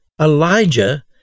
Elijah